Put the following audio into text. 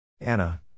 Anna